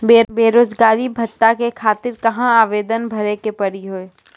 बेरोजगारी भत्ता के खातिर कहां आवेदन भरे के पड़ी हो?